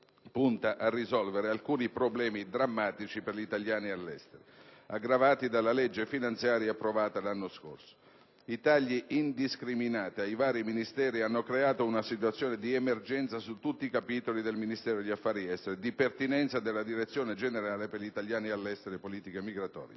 punta a risolvere alcuni problemi drammatici per gli italiani all'estero, aggravati dalla legge finanziaria approvata l'anno scorso. I tagli indiscriminati ai vari Ministeri hanno creato una situazione di emergenza su tutti i capitoli del Ministero degli affari esteri di pertinenza della direzione generale per gli italiani all'estero e le politiche migratorie.